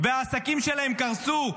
והעסקים שלהם קרסו,